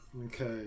Okay